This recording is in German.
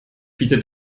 bietet